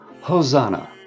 Hosanna